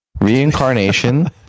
Reincarnation